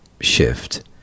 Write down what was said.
shift